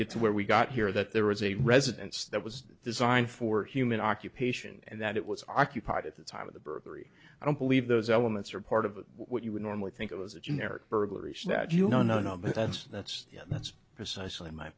get to where we got here that there was a residence that was designed for human occupation and that it was occupied at the time of the burglary i don't believe those elements are part of what you would normally think it was a generic burglary so that you know no no but that's that's that's precisely my